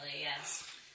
yes